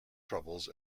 troubles